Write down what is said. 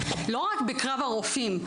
לא רק בקרב הרופאים,